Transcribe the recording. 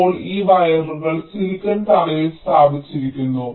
ഇപ്പോൾ ഈ വയറുകൾ സിലിക്കൺ തറയിൽ സ്ഥാപിച്ചിരിക്കുന്നു